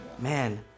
man